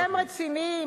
אתם רציניים?